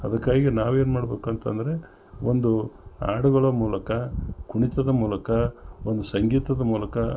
ಅದಕ್ಕಾಗಿ ನಾವೇನು ಮಾಡ್ಬೇಕ್ ಅಂತಂದರೆ ಒಂದು ಹಾಡುಗಳ ಮೂಲಕ ಕುಣಿತದ ಮೂಲಕ ಒಂದು ಸಂಗೀತದ ಮೂಲಕ